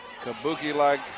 kabuki-like